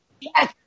Yes